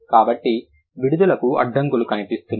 కాబట్టి విడుదలకు అడ్డంకులు కనిపిస్తున్నాయి